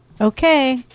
okay